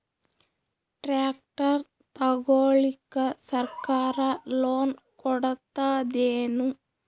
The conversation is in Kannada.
ಟ್ರ್ಯಾಕ್ಟರ್ ತಗೊಳಿಕ ಸರ್ಕಾರ ಲೋನ್ ಕೊಡತದೇನು?